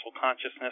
consciousness